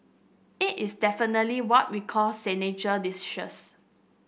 it is definitely what we call signature